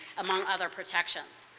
among other protections.